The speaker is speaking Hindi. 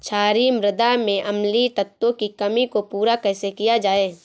क्षारीए मृदा में अम्लीय तत्वों की कमी को पूरा कैसे किया जाए?